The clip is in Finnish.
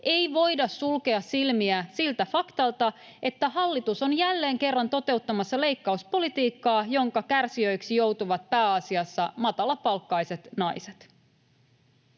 ei voida sulkea silmiä siltä faktalta, että hallitus on jälleen kerran toteuttamassa leikkauspolitiikkaa, jonka kärsijöiksi joutuvat pääasiassa matalapalkkaiset naiset.